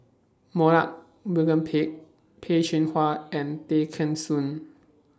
Pett Peh Chin Hua and Tay Kheng Soon